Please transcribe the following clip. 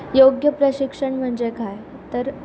योग्य प्रशिक्षण म्हणजे काय तर